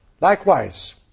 likewise